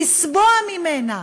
לשבוע ממנה,